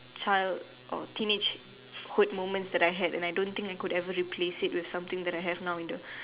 child or teenage hood moment that I had and I don't think I could ever replace it with something that I have now in the